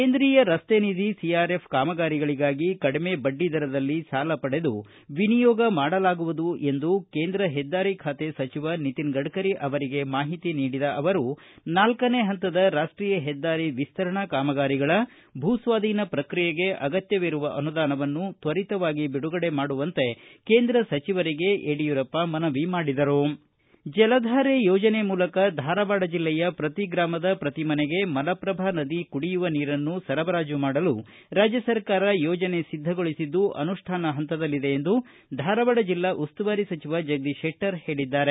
ಕೇಂದ್ರೀಯ ರಸ್ತೆ ನಿಧಿ ಸಿಆರ್ಎಫ್ ಕಾಮಗಾರಿಗಳಿಗಾಗಿ ಕಡಿಮೆ ಬಡ್ಡಿ ದರದಲ್ಲಿ ಸಾಲ ಪಡೆದು ವಿನಿಯೋಗ ಮಾಡಲಾಗುವುದು ಎಂದು ಕೇಂದ್ರ ಹೆದ್ದಾರಿ ಖಾತೆ ಸಚಿವ ನಿತಿನ್ ಗಡ್ಡರಿ ಅವರಿಗೆ ಮಾಹಿತಿ ನೀಡಿದ ಅವರು ನಾಲ್ಕನೇ ಹಂತದ ರಾಷ್ಟೀಯ ಹೆದ್ದಾರಿ ವಿಸ್ತರಣಾ ಕಾಮಗಾರಿಗಳ ಭೂಸ್ವಾಧೀನ ಪ್ರಕ್ರಿಯೆಗೆ ಅಗತ್ಯವಿರುವ ಅನುದಾನವನ್ನು ತ್ವರಿತವಾಗಿ ಬಿಡುಗಡೆ ಮಾಡುವಂತೆ ಕೇಂದ್ರ ಸಚಿವರಿಗೆ ಮನವಿ ಮಾಡಿದರು ಜಲಧಾರೆ ಯೋಜನೆ ಮೂಲಕ ಧಾರವಾಡ ಜಿಲ್ಲೆಯ ಪ್ರತಿ ಗ್ರಾಮದ ಪ್ರತಿ ಮನೆಗೆ ಮಲಪ್ರಭಾ ನದಿಯ ಕುಡಿಯುವ ನೀರನ್ನು ಸರಬರಾಜು ಮಾಡಲು ರಾಜ್ಯಸರ್ಕಾರ ಯೋಜನೆ ಸಿದ್ದಗೊಳಿಸಿದ್ದು ಅನುಷ್ಠಾನ ಹಂತದಲ್ಲಿದೆ ಎಂದು ಧಾರವಾಡ ಜೆಲ್ಡಾ ಉಸ್ತುವಾರಿ ಸಚಿವ ಜಗದೀಶ ಶೆಟ್ಟರ್ ಹೇಳಿದ್ದಾರೆ